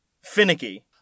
Finicky